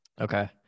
okay